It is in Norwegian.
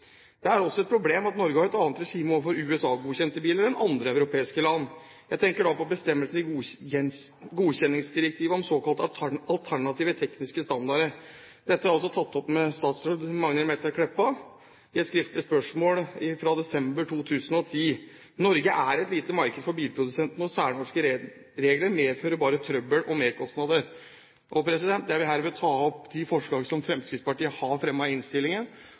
Det er også et problem at Norge har et annet regime overfor USA-godkjente biler enn andre europeiske land. Jeg tenker da på bestemmelsen i godkjenningsdirektivet om såkalte alternative tekniske standarder. Dette har jeg tatt opp med statsråd Magnhild Meltveit Kleppa i et skriftlig spørsmål i desember 2010. Norge er et lite marked for bilprodusentene, og særnorske regler medfører bare trøbbel og merkostnader. Jeg vil herved ta opp det forslaget som Fremskrittspartiet har fremmet i innstillingen.